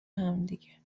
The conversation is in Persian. همدیگه